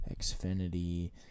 Xfinity